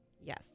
yes